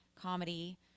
comedy